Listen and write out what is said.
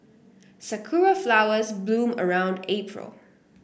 sakura flowers bloom around April